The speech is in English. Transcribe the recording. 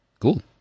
Cool